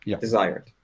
desired